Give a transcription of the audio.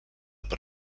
per